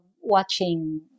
watching